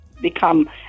become